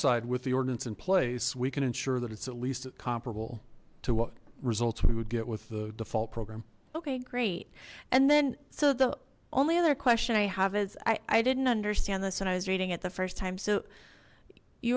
side with the ordinance in place we can ensure that it's at least it comparable to what results we would get with the default program okay great and then so the only other question i have is i i didn't understand this when i was reading it the first time so you